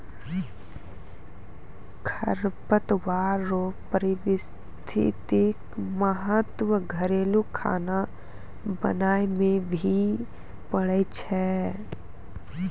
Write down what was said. खरपतवार रो पारिस्थितिक महत्व घरेलू खाना बनाय मे भी पड़ै छै